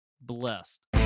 blessed